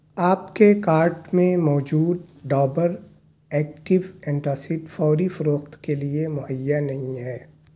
آپ کے کارٹ میں موجود ڈابر ایکٹو اینٹاسڈ فوری فروخت کے لیے مہیا نہیں ہے